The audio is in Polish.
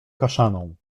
kaszaną